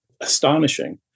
astonishing